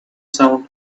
sound